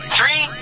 Three